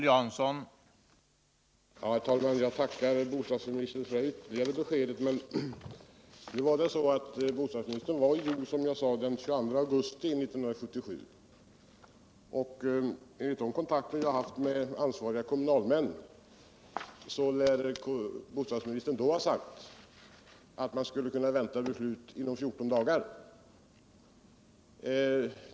Herr talman! Jag tackar bostadsministern för detta ytterligare besked. Bostadsministern var, som jag sade, i Hjo den 22 augusti 1977. Enligt de kontakter jag har haft med ansvariga kommunalmän lär bostadsministern då ha sagt att man skulle vänta beslut inom 14 dagar.